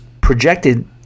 projected